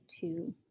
Two